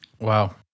Wow